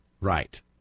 right